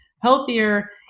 healthier